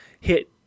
hit